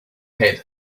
head